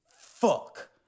fuck